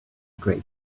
great